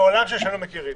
בעולם ששנינו מכירים,